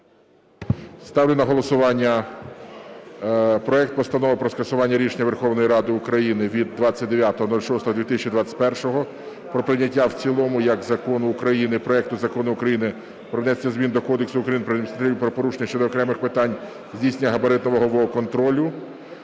Ставлю на голосування проект Постанови про скасування рішення Верховної Ради України від 29.06.2021 про прийняття в цілому як Закону України проекту Закону України "Про внесення змін до Кодексу України про адміністративні правопорушення" щодо окремих питань здійснення габаритно-вагового контролю